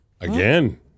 Again